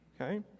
Okay